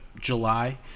July